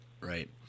Right